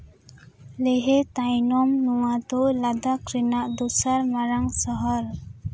ᱞᱮᱦᱮ ᱛᱟᱭᱱᱚᱢ ᱱᱚᱣᱟ ᱫᱚ ᱞᱟᱫᱟᱠᱷ ᱨᱮᱱᱟᱜ ᱫᱚᱥᱟᱨ ᱢᱟᱨᱟᱝ ᱥᱟᱦᱟᱨ